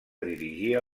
dirigia